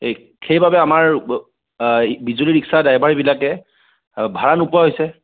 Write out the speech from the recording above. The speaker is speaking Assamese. এ সেইবাবে আমাৰ এই বিজুলি ৰিক্সা ড্ৰাইভাৰবিলাকে ভাড়া নোপোৱা হৈছে